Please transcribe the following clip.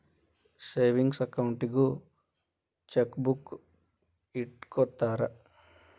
savings ಅಕೌಂಟಿಗೂ chequebook ಇಟ್ಟ್ಕೊತ್ತರ